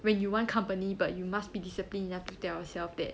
when you want company but you must be disciplined enough to tell yourself that